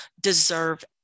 deserve